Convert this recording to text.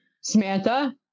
Samantha